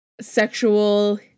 sexual